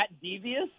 devious